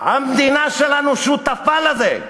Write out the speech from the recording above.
המדינה שלנו שותפה לזה,